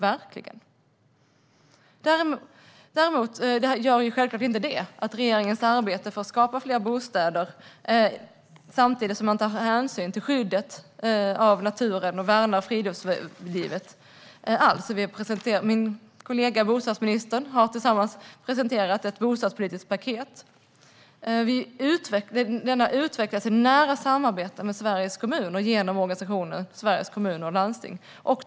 Men detta innebär självklart inte att regeringens arbete för att skapa fler bostäder avstannar, samtidigt som hänsyn tas till skyddet av naturen och att värna friluftslivet. Min kollega bostadsministern har presenterat ett bostadspolitiskt paket. Det har utvecklats i nära samarbete med Sveriges kommuner genom organisationen Sveriges Kommuner och Landsting.